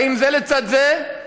חיים זה לצד זה.